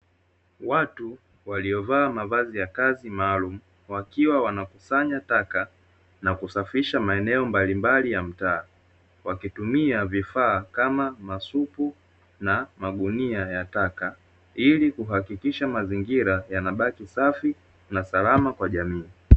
Watu waliovaa mavazi ya kazi maalumu wakiwa wanakusanya taka na kusafisha maeneo mbalimbali ya mtaa wakitumia vifaa kama masupu na magunia ya taka, ili kuhakikisha mazingira yanabaki safi na salama kwa jamii.